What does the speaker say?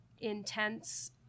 intense